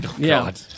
God